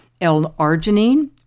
L-arginine